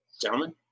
gentlemen